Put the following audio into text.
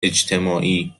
اجتماعی